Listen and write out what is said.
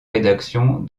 rédaction